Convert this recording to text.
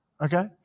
Okay